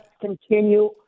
continue